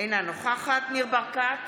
אינה נוכחת ניר ברקת,